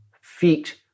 feet